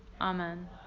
Amen